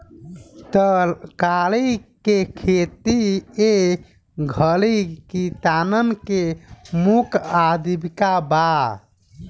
तरकारी के खेती ए घरी किसानन के मुख्य आजीविका बा